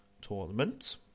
tournament